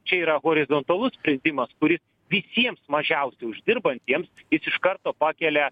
čia yra horizontalus sprendimas kuris visiems mažiausiai uždirbantiems jis iš karto pakelia